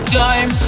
time